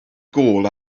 gôl